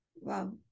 Wow